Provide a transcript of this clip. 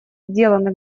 сделаны